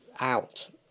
out